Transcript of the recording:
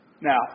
Now